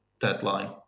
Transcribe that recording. deadline